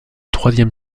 troisième